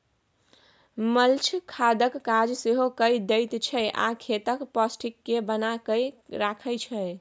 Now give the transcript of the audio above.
mulch खादक काज सेहो कए दैत छै आ खेतक पौष्टिक केँ बना कय राखय छै